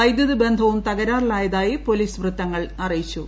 വൈദ്യുത ബന്ധവും തകരാറിലായതായി പോലീസ് വൃത്തങ്ങൾ അറിയിച്ചു